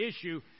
issue